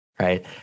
Right